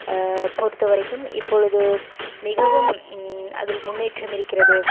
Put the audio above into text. பொறுத்தவரைக்கும் இப்பொழுது மிகவும் அதில் முன்னேற்றம் இருக்கிறது